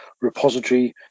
repository